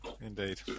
Indeed